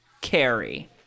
carry